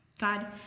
God